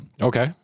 Okay